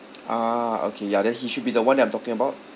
ah okay ya then he should be the one that I'm talking about